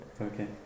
Okay